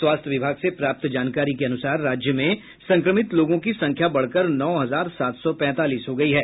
स्वास्थ्य विभाग से प्राप्त जानकारी के अनुसार राज्य में संक्रमित लोगों की संख्या बढ़कर नौ हजार सात सौ पैंतालीस हो गयी है